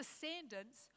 descendants